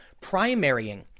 primarying